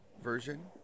version